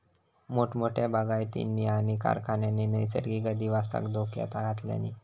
मोठमोठ्या बागायतींनी आणि कारखान्यांनी नैसर्गिक अधिवासाक धोक्यात घातल्यानी